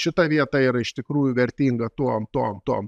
šita vieta yra iš tikrųjų vertinga tuom tuom tuom